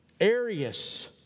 Arius